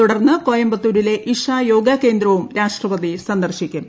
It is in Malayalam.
തുടർന്ന് കോയമ്പത്തൂരിലെ ഇഷ യോഗാ കേന്ദ്രവും രാഷ്ട്രപതി സന്ദർശിക്കും